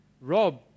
Rob